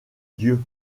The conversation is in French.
dieu